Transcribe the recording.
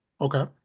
okay